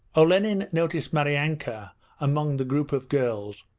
olenin noticed maryanka among the group of girls,